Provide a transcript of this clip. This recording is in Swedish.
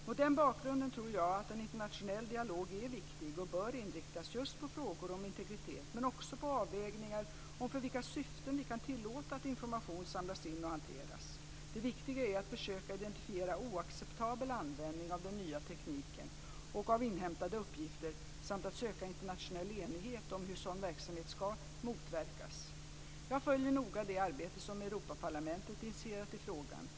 Mot denna bakgrund tror jag att en internationell dialog är viktig och bör inriktas just på frågor om integritet men också på avvägningar om för vilka syften vi kan tillåta att information samlas in och hanteras. Det viktiga är att försöka identifiera oacceptabel användning av den nya tekniken och av inhämtade uppgifter samt att söka internationell enighet om hur sådan verksamhet ska motverkas. Jag följer noga det arbete som Europaparlamentet initierat i frågan.